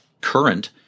current